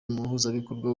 umuhuzabikorwa